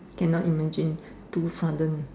cannot imagine too sudden